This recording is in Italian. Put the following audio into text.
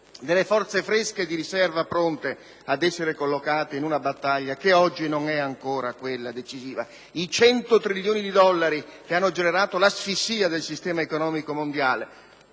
tenere forze fresche di riserva, pronte ad essere collocate in una battaglia che oggi non è ancora quella decisiva. I 100 trilioni di dollari che hanno generato l'asfissia del sistema economico mondiale